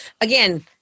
again